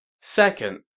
Second